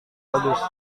bagus